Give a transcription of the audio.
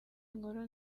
inkuru